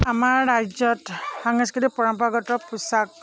আমাৰ ৰাজ্যত সাংস্কৃতিক পৰম্পৰাগত পোছাক